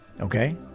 Okay